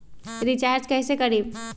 Recharge कैसे करीब?